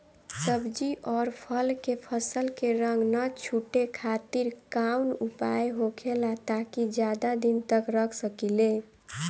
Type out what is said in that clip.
सब्जी और फल के फसल के रंग न छुटे खातिर काउन उपाय होखेला ताकि ज्यादा दिन तक रख सकिले?